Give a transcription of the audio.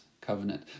covenant